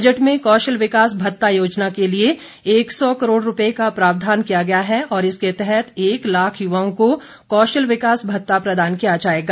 budget में कौशल विकास भत्ता योजना के लिए एक सौ करोड रूपए का प्रावधान किया गया है और इसके तहत एक लाख युवाओं को कौशल विकास भत्ता प्रदान किया जाएगा